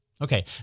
Okay